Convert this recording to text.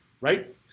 Right